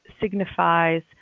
signifies